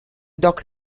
dock